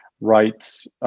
rights